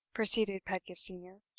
proceeded pedgift senior,